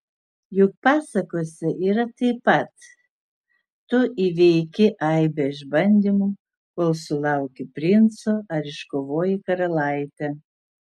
juk pasakose yra taip pat tu įveiki aibę išbandymų kol sulauki princo ar iškovoji karalaitę